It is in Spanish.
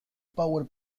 power